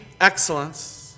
excellence